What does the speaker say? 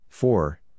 Four